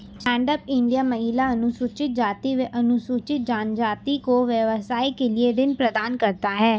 stand Up India महिला, अनुसूचित जाति व अनुसूचित जनजाति को व्यवसाय के लिए ऋण प्रदान करता है